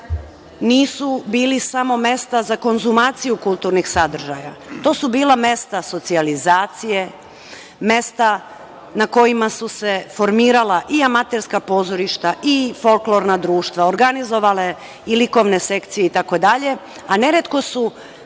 nisu bili samo mesta za konzumaciju kulturnih sadržaja. To su bila mesta socijalizacije, mesta na kojima su se formirala i amaterska pozorišta i folklorna društva, organizovale i likovne sekcije itd,